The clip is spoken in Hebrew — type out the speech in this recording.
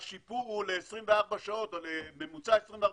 השיפור הוא לממוצע 24 שעות,